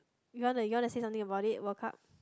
you want to you want to say something about it World Cup